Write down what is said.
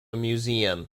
museum